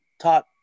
taught